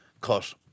cut